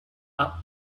are